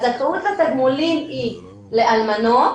הזכאות לתגמולים היא לאלמנות